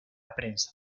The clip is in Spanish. prensa